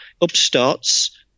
upstarts